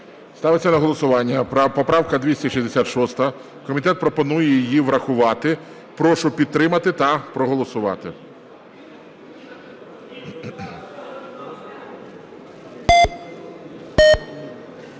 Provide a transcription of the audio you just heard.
Ставиться на голосування поправка 266. Комітет пропонує її врахувати. Прошу підтримати та проголосувати.